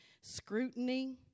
scrutiny